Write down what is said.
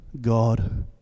God